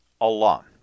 Allah